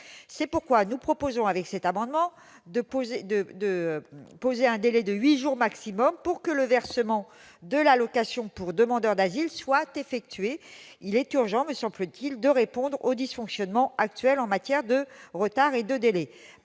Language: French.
C'est pourquoi nous proposons au travers de cet amendement de prévoir un délai de huit jours maximum pour que le versement de l'allocation pour demandeur d'asile soit effectué. Il est urgent de répondre aux dysfonctionnements actuels en matière de retards et de délais.